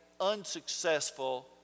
unsuccessful